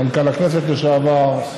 מנכ"ל הכנסת לשעבר.